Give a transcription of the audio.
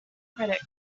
critics